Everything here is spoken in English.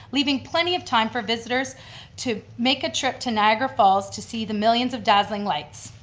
leaving plenty of time for visitors to make a trip to niagara falls to see the millions of dazzling lights.